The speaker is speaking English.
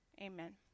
amen